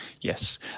Yes